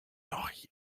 henry